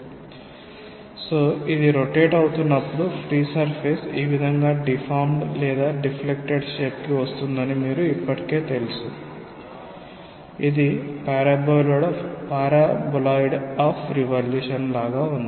కాబట్టి ఇది రొటేట్ అవుతునప్పుడు ఫ్రీ సర్ఫేస్ ఈ విధంగా డీఫార్మ్డ్ లేదా డిఫ్లెక్టెడ్ షేప్ కి వస్తుందని మీకు ఇప్పటికే తెలుసు ఇది పారాబొలాయిడ్ ఆఫ్ రివాల్యూషన్ లాగా ఉంది